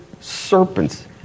serpents